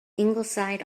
ingleside